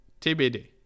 TBD